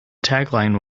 tagline